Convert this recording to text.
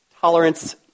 tolerance